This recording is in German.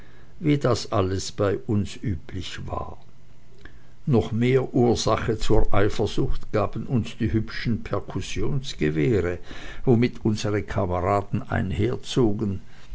wie das alles bei uns üblich war noch mehr ursache zur eifersucht gaben uns die hübschen perkussionsgewehre womit unsere kameraden